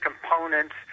components